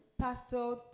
Pastor